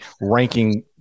ranking